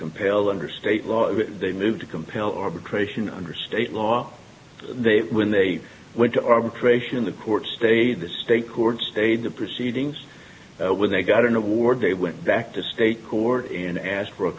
compel under state law they moved to compel arbitration under state law they when they went to arbitration the court stayed the state court stayed the proceedings when they got an award they went back to state court and asked for a